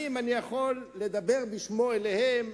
אם אני יכול לדבר בשמו אליהם,